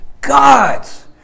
God's